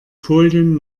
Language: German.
folien